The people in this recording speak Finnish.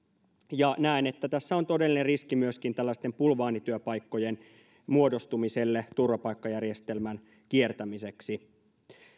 ja näen että tässä on todellinen riski myöskin tällaisten bulvaanityöpaikkojen muodostumiselle turvapaikkajärjestelmän kiertämiseksi